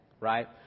right